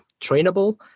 trainable